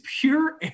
pure